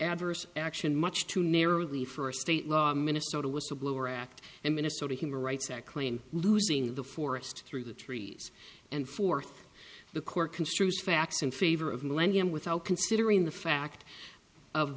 adverse action much too narrowly for a state law minnesota whistleblower act in minnesota human rights act claim losing the forest through the trees and fourth the court construes facts in favor of millennium without considering the fact of